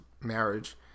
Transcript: marriage